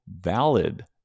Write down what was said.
valid